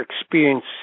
experience